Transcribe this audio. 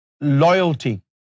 loyalty